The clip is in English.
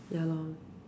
ya loh